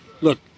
Look